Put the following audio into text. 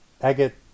Agate